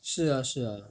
是啊是啊